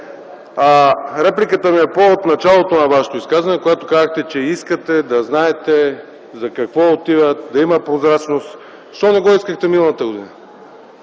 репликата ми е по повод на началото на Вашето изказване, когато казахте, че искате да знаете за какво отиват парите и да има прозрачност. Защо не го искахте миналата година?